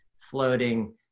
floating